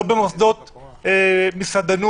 לא במסעדות וכו'.